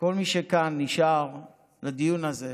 וכל מי שנשאר כאן לדיון הזה.